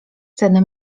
ceny